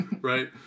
Right